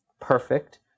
perfect